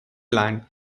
land